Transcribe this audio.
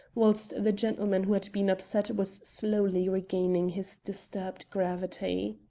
whilst the gentleman who had been upset was slowly regaining his disturbed gravity.